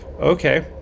okay